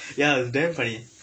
ya it was damn funny